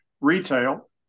retail